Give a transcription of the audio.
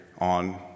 on